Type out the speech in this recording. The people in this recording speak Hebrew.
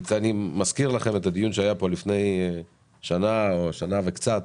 אני מזכיר לכם את הדיון שהיה פה לפני שנה או שנה וקצת,